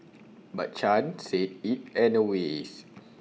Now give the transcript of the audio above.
but chan said IT anyways